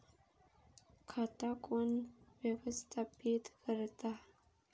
खाता कोण व्यवस्थापित करता?